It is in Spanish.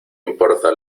importa